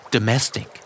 Domestic